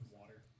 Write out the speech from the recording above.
water